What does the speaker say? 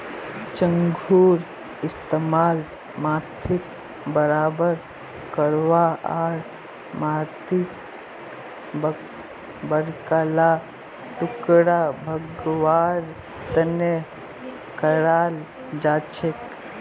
चंघूर इस्तमाल माटीक बराबर करवा आर माटीर बड़का ला टुकड़ा भंगवार तने कराल जाछेक